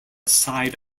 side